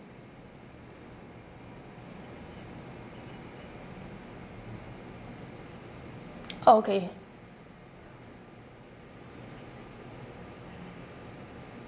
orh okay